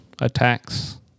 attacks